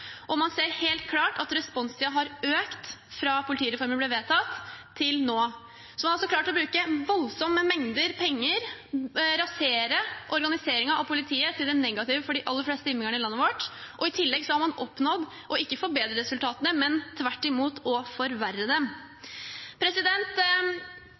og man ser helt klart at responstiden har økt fra politireformen ble vedtatt til nå. Man har altså klart å bruke voldsomme mengder penger, rasere organiseringen av politiet til det negative for de aller fleste innbyggerne i landet vårt, i tillegg til at man har oppnådd ikke å forbedre resultatene, men tvert imot å forverre